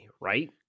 right